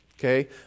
Okay